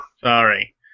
sorry